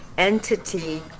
entity